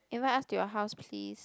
invite us to your house please